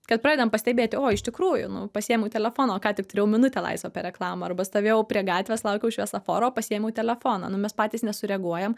kad pradedam pastebėti o iš tikrųjų nu pasiėmu telefoną ką tik turėjau minutę laisvą per reklamą arba stovėjau prie gatvės laukiau šviesoforo pasiėmiau telefoną nu mes patys nesureaguojam